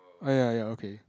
ya ya okay